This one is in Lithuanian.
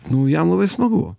nu jam labai smagu